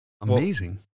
amazing